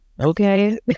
Okay